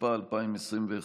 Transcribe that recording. התשפ"א 2021,